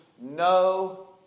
no